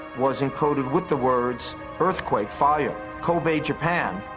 was encoded with the words earthquake, fire, kobe, japan,